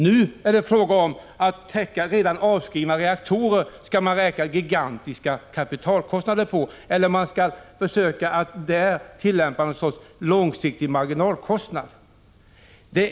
Nu, när det är fråga om att täcka kostnaderna för redan avskrivna reaktorer, skall man räkna med gigantiska kapitalkostnader eller tillämpa någon sorts långsiktig marginalkostnad för ersättningen.